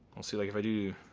and see like if i do,